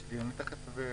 יש לי, אני תיכף אביא.